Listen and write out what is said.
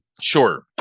sure